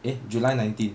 eh july nineteen